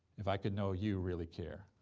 if i could know you really care.